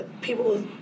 people